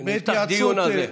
נפתח דיון על זה.